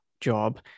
job